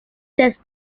test